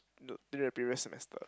no during the previous semester